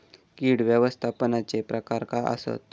कीड व्यवस्थापनाचे प्रकार काय आसत?